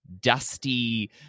dusty